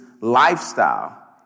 lifestyle